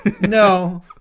no